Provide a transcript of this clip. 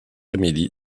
amélie